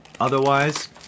otherwise